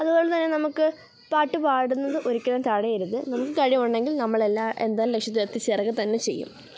അതുപോലെ തന്നെ നമുക്കു പാട്ടു പാടുന്നത് ഒരിക്കലും തടയരുത് നമുക്ക് കഴിവുണ്ടെങ്കിൽ നമ്മളെല്ലാം എന്തായാലും ലക്ഷ്യത്തിലെത്തി ചേരുക തന്നെ ചെയ്യും